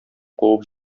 куып